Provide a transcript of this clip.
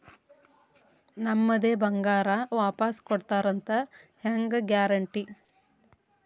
ನಮ್ಮದೇ ಬಂಗಾರ ವಾಪಸ್ ಕೊಡ್ತಾರಂತ ಹೆಂಗ್ ಗ್ಯಾರಂಟಿ?